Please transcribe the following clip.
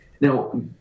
Now